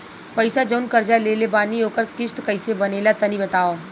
पैसा जऊन कर्जा लेले बानी ओकर किश्त कइसे बनेला तनी बताव?